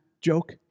joke